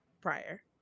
prior